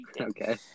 Okay